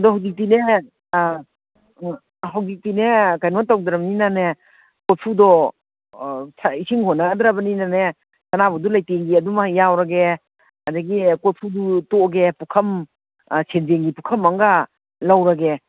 ꯑꯗꯣ ꯍꯧꯖꯤꯛꯇꯤꯅꯦ ꯑꯥ ꯑꯥ ꯍꯧꯖꯤꯛꯇꯤꯅꯦ ꯀꯩꯅꯣ ꯇꯧꯗ꯭ꯔꯅꯤꯅꯅꯦ ꯀꯣꯔꯐꯨꯗꯣ ꯑꯥ ꯏꯁꯤꯡ ꯍꯣꯟꯅꯗ꯭ꯔꯕꯅꯤꯅꯅꯦ ꯁꯅꯥꯕꯨꯟꯗꯨ ꯂꯩꯇꯦꯡꯒꯤ ꯑꯗꯨꯃ ꯌꯥꯎꯔꯒꯦ ꯑꯗꯒꯤ ꯀꯣꯔꯐꯨꯗꯨ ꯇꯣꯛꯑꯒꯦ ꯄꯨꯈꯝ ꯁꯦꯟꯖꯦꯡꯒꯤ ꯄꯨꯈꯝ ꯑꯃꯒ ꯂꯧꯔꯒꯦ